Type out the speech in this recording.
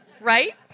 right